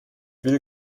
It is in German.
will